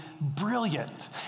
brilliant